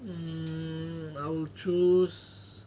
hmm I'll choose